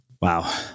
Wow